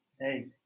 Hey